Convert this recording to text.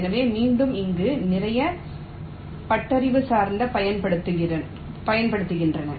எனவே மீண்டும் இங்கு நிறைய ஹியூரிஸ்டிக்ஸ் பயன்படுத்தப்படுகின்றன